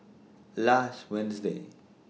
last Wednesday